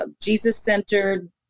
Jesus-centered